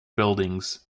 buildings